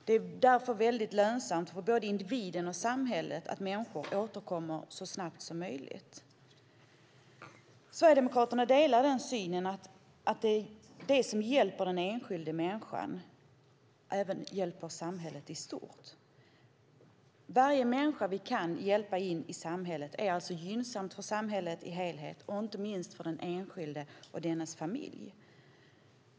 Det är därför väldigt lönsamt för både individen och samhället att människor återkommer så snabbt som möjligt. Sverigedemokraterna delar synen att det som hjälper den enskilda människan även hjälper samhället i stort. Varje människa vi kan hjälpa in i samhället är alltså gynnsamt för samhället som helhet och inte minst för den enskilde och dennes familj.